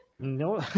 No